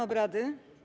obrady.